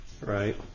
right